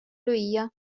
lüüa